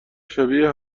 شبیه